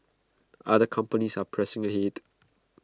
other companies are pressing ahead